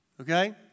okay